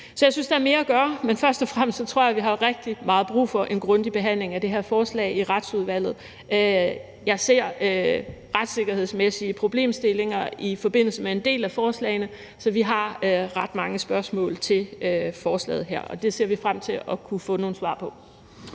Så jeg synes, der er mere at gøre, men først og fremmest tror jeg, at vi har rigtig meget brug for en grundig behandling af det her forslag i Retsudvalget. Jeg ser retssikkerhedsmæssige problemstillinger i forbindelse med en del af forslagene, så vi har ret mange spørgsmål til lovforslaget her. Det ser vi frem til at kunne få nogle svar på.